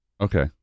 Okay